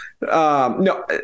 no